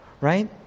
right